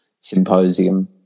symposium